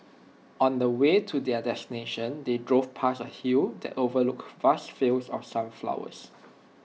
on the way to their destination they drove past A hill that overlooked vast fields of sunflowers